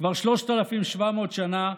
כבר שלושת אלפים ושבע מאות שנה,